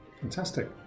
fantastic